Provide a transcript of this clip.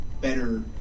better